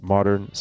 Modern